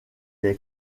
est